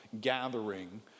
gathering